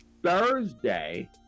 Thursday